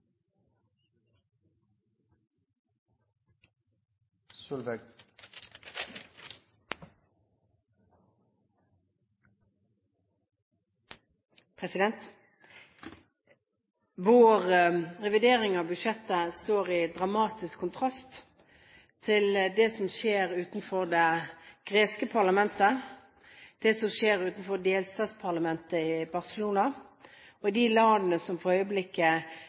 Vår revidering av budsjettet står i dramatisk kontrast til det som skjer utenfor det greske parlamentet, det som skjer utenfor delstatsparlamentet i Barcelona, og det som skjer i de landene som for øyeblikket